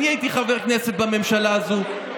אני הייתי חבר כנסת בממשלה הזאת,